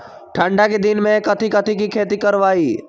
ठंडा के दिन में कथी कथी की खेती करवाई?